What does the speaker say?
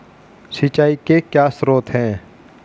सिंचाई के क्या स्रोत हैं?